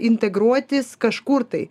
integruotis kažkur tai